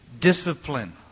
Discipline